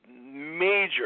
major